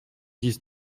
dix